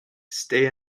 stay